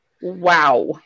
Wow